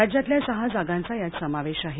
राज्यातल्या सहा जागांचा यात समावेश आहे